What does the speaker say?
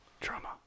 trauma